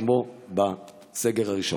כמו בסגר הראשון?